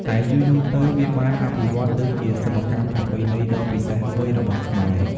តែយូរៗទៅ វាបានអភិវឌ្ឍទៅជាសិប្បកម្មប្រពៃណីដ៏ពិសេសមួយរបស់ខ្មែរ។